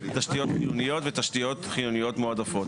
תשתיות חיוניות ותשתיות חיוניות מועדפות.